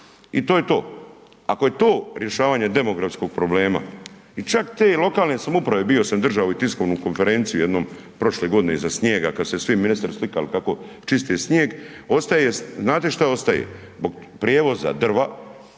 i to je to. Ako je to rješavanje demografskog problema i čak te lokalne samouprave bio sam držao i tiskovnu konferenciju jednom prošle godine iza snijega kada su se svi ministri slikali kako čiste snijeg, ostaje, znate šta ostaje? Zbog prijevoza drva